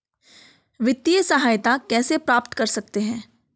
वित्तिय सहायता कैसे प्राप्त कर सकते हैं?